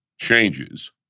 changes